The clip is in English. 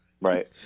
Right